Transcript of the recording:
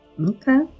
Okay